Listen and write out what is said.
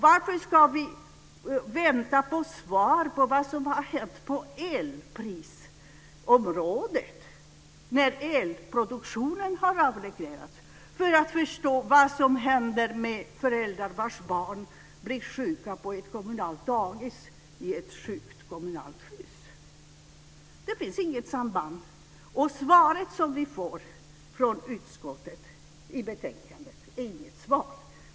Varför ska vi vänta på svar på vad som har hänt inom elprisområdet när elproduktionen har avreglerats för att förstå vad som händer med föräldrar vars barn blir sjuka på ett kommunalt dagis i ett sjukt kommunalt hus? Det finns inget samband. Svaret som vi får från utskottet i betänkandet är inget svar.